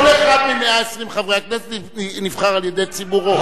כל אחד מ-120 חברי הכנסת נבחר על-ידי ציבורו.